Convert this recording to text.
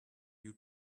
new